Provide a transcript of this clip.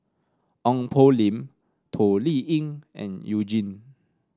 Ong Poh Lim Toh Liying and You Jin